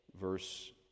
Verse